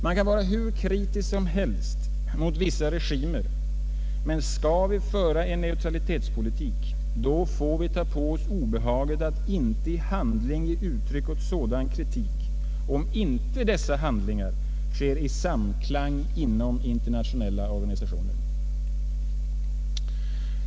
Man kan vara hur kritisk som helst mot vissa regimer, men skall vi föra en neutralitetspolitik får vi ta obehaget att inte i handling ge uttryck åt sådan kritik, om inte dessa handlingar sker i samklang inom internationella organisationer.